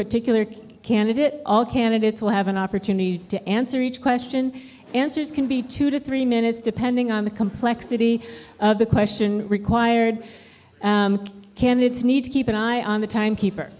particular candidate all candidates will have an opportunity to answer each question answers can be two to three minutes depending on the complexity of the question required candidates need to keep an eye on the time keeper